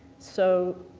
so